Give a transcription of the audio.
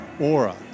aura